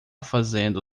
fazendo